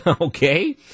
okay